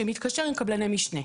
שמתקשר עם קבלני משנה.